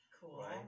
Cool